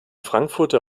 frankfurter